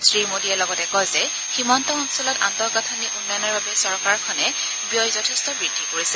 শ্ৰীমোডীয়ে লগতে কয় যে সীমান্ত অঞ্চলত আন্তঃগাঁঠনি উন্নয়নৰ বাবে চৰকাৰখনে ব্যয় যথেষ্ট বৃদ্ধি কৰিছে